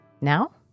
Now